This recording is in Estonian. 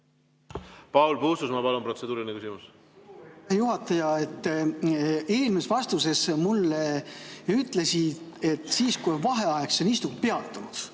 Paul Puustusmaa, palun, protseduuriline küsimus!